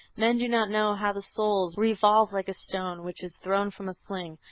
men do not know how the souls revolve like a stone which is thrown from a sling.